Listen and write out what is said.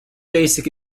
basic